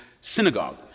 synagogue